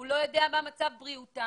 הוא לא יודע מה מצב בריאותן